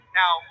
now